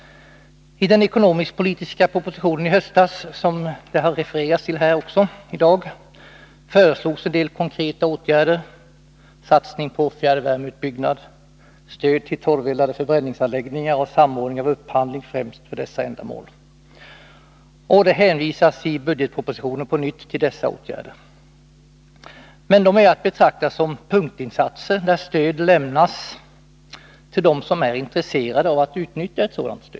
I den ekonomisk-politiska propositionen i höstas, som refererats till i dag, föreslogs en del konkreta åtgärder: satsning på fjärrvärmeutbyggnad, stöd till torveldade förbränningsanläggningar och samordning av upphandling främst för dessa ändamål. Det hänvisas i budgetpropositionen på nytt till dessa åtgärder. Men de är att betrakta som punktinsatser, där stöd lämnas till dem som är intresserade av att utnyttja det.